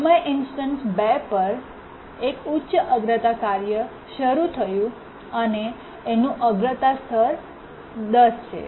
સમય ઇન્સ્ટન્સ 2 પર એક ઉચ્ચ અગ્રતા કાર્ય શરૂ થયું અને તેનું અગ્રતા સ્તર 10 છે